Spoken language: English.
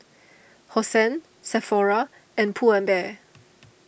Hosen Sephora and Pull and Bear